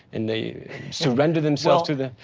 and they surrender themselves to the